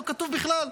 לא כתוב בכלל.